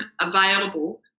available